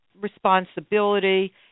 responsibility